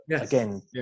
again